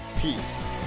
peace